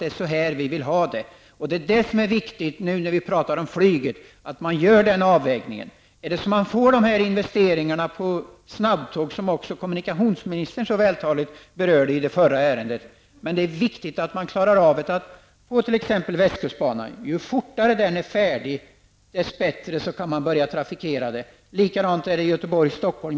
Det är betydelsefullt att göra en sådan avvägning också när det gäller flyget. Investeringar måste alltså göras beträffande snabbtågen, och kommunikationsministern berörde detta mycket vältaligt i samband med behandlingen av föregående ärende. Det är viktigt att klara av dessa saker. Ju fortare t.ex. västkustbanan är färdig, desto bättre kan den trafikeras. Likadant förhåller det sig när det gäller sträckan Göteborg--Stockholm.